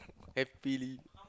happily